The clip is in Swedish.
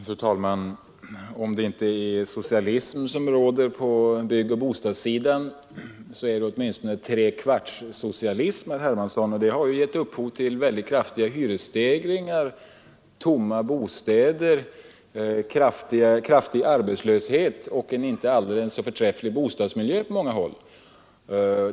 Fru talman! Om det inte är socialism som råder på byggoch bostadssidan så är det åtminstone trekvartssocialism, herr Hermansson, och det har ju gett upphov till väldigt kraftiga hyresstegringar, tomma bostäder, betydande arbetslöshet och en inte särskilt förträfflig bostadsmiljö på många håll.